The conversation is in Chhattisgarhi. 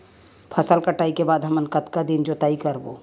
फसल कटाई के बाद हमन कतका दिन जोताई करबो?